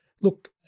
Look